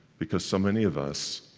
because so many of us,